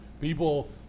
People